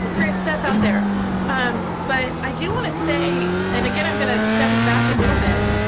great stuff out there um but i do want to say and again i'm going to step us back a little bit